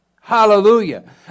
Hallelujah